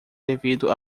devido